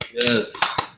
Yes